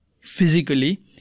physically